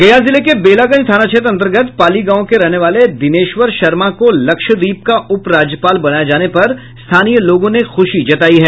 गया जिले के बेलागंज थाना क्षेत्र अंतर्गत पाली गांव के रहने वाले दिनेश्वर शर्मा को लक्षदीप का उप राज्यपाल बनाये जाने पर स्थानीय लोगों ने खूशी जतायी है